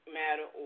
matter